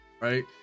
Right